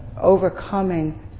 overcoming